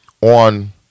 on